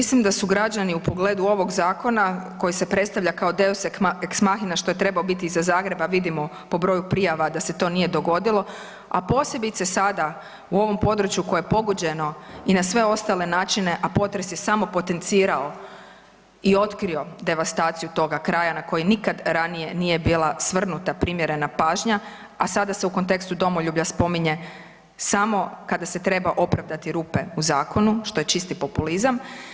Mislim da su građani u pogledu ovog zakona koji se predstavlja kao Deus ex machina što je trebao biti i za Zagreb, a vidimo po broju prijava da se to nije dogodilo, a posebice sada u ovom području koje je pogođeno i na sve ostale načine, a potres je samo potencirao i otkrio devastaciju toga kraja na koji nikad ranije nije bila svrnuta primjerena pažnja, a sada se u kontekstu domoljublja spominje samo kada se treba opravdati rupe u zakonu, što je čisti populizam.